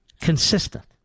Consistent